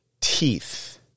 teeth